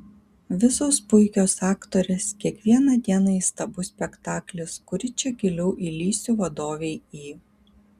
visos puikios aktorės kiekvieną dieną įstabus spektaklis kuri čia giliau įlįsiu vadovei į